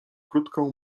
krótką